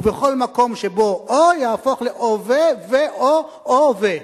או כל מקום שבו או, יהפוך לאו/ו ו/או, או/ו.